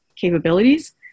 capabilities